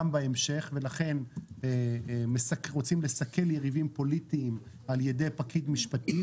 ולכן רוצים לסכל יריבים פוליטיים על ידי פקיד משפטי,